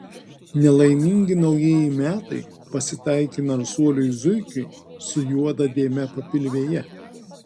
nelaimingi naujieji metai pasitaikė narsuoliui zuikiui su juoda dėme papilvėje